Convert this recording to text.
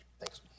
Thanks